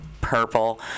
purple